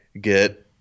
get